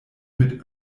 mit